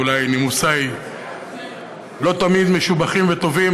ואולי נימוסי לא תמיד משובחים וטובים,